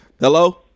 Hello